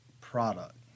product